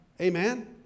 Amen